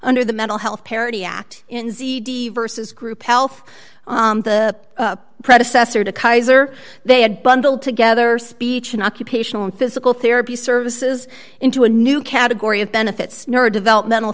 under the mental health parity act in z d versus group health the predecessor to kaiser they had bundled together speech an occupational and physical therapy services into a new category of benefits nor developmental